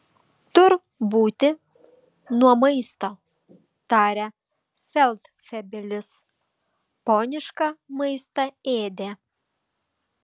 tur būti nuo maisto tarė feldfebelis ponišką maistą ėdė